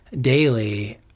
daily